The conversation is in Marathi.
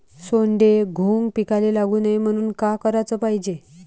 सोंडे, घुंग पिकाले लागू नये म्हनून का कराच पायजे?